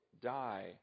die